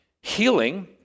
healing